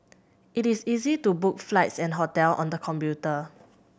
it is easy to book flights and hotel on the computer